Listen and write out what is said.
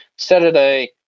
Saturday